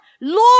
Lord